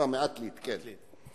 מעתלית, כן.